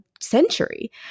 century